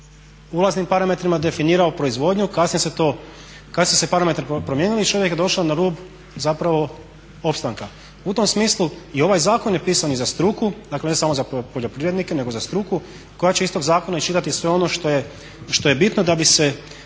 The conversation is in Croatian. ulaznim parametrima definirao proizvodnju, kasnije su se parametri promijenili i čovjek je došao na rub zapravo opstanka. U tom smislu i ovaj zakon je pisan i za struku, dakle ne samo za poljoprivrednike nego za struku koja će iz tog zakona iščitati sve ono što je bitno da bi se